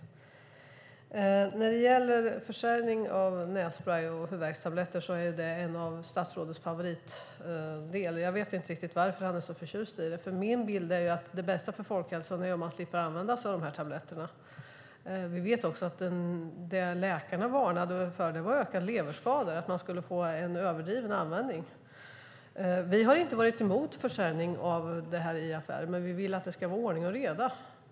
Försäljning av nässprej och huvudvärkstabletter är en av statsrådets favoritdelar. Jag vet inte riktigt varför han är så förtjust i det, för min bild är att det bästa för folkhälsan är om man slipper att använda sig av de här läkemedlen. Vi vet också att det som läkarna har varnat för är ökade leverskador, att det skulle bli en överdriven användning. Vi har inte varit emot försäljning av de här läkemedlen i affärer, men vi vill att det ska vara ordning och reda.